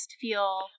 feel